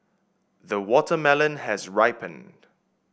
the watermelon has ripened